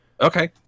Okay